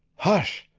hush!